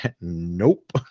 nope